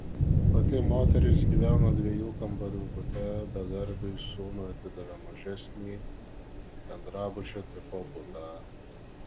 pati moteris gyvena dviejų kambarių bute bedarbiui sūnui atidavė mažesnį bendrabučio tipo butą